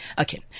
Okay